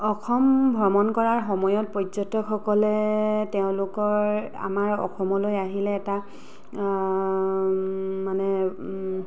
অসম ভ্ৰমণ কৰাৰ সময়ত পৰ্যটকসকলে তেওঁলোকৰ আমাৰ অসমলৈ আহিলে এটা মানে